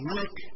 Look